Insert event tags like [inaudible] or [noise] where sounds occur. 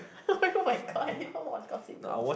[laughs] [oh]-my [oh]-my-god did you even watch Gossip Girl